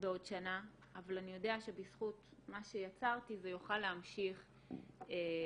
בעוד שנה אבל אני יודע שבזכות מה שיצרתי זה יוכל להמשיך ולפעול.